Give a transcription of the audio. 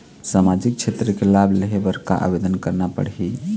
सामाजिक क्षेत्र के लाभ लेहे बर का आवेदन करना पड़ही?